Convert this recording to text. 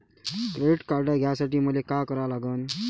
Credit card घ्यासाठी मले का करा लागन?